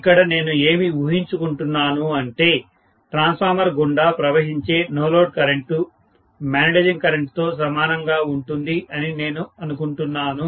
ఇక్కడ నేను ఏమి ఊహించుకుంటున్నాను అంటే ట్రాన్స్ఫార్మర్ గుండా ప్రవహించే నో లోడ్ కరెంటు మాగ్నెటైజింగ్ కరెంటుతో సమానం గా ఉంటుంది అని నేను అనుకుంటున్నాను